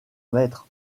maître